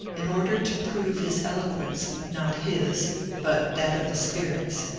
in order to prove his eloquence not his but that of the spirits.